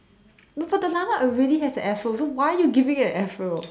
no but the llama already has an Afro so why you giving it an Afro